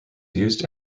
used